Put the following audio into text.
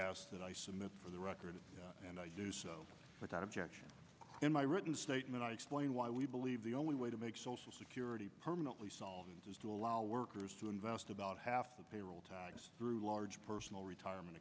committee that i submit for the record and i do so without objection in my written statement i explain why we believe the only way to make social security permanently solvent is to allow workers to invest about half the payroll tax through large personal retirement